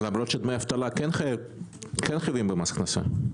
למרות שדמי אבטלה כן חייבים במס הכנסה,